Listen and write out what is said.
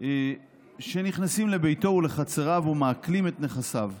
שנכנסים לביתו ולחצריו ומעקלים את נכסיו.